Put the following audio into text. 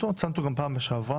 ציינתי אותו גם בפעם שעברה,